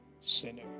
sinner